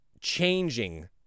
changing